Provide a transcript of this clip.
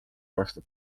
vastab